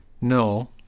No